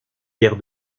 guerre